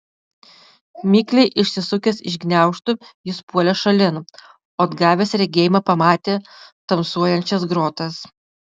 mikliai išsisukęs iš gniaužtų jis puolė šalin o atgavęs regėjimą pamatė tamsuojančias grotas